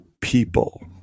people